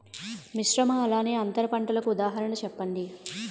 మిశ్రమ అలానే అంతర పంటలకు ఉదాహరణ చెప్పండి?